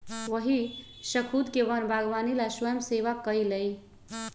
वही स्खुद के वन बागवानी ला स्वयंसेवा कई लय